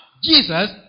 Jesus